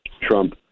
Trump